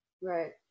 right